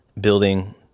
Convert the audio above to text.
building